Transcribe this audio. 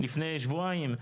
לפני שבועיים,